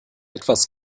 etwas